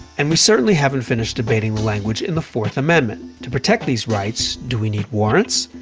and we certainly haven't finished debating the language in the fourth amendment. to protect these rights, do we need warrants?